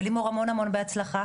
ולימור, המון המון בהצלחה,